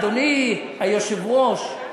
אדוני היושב-ראש,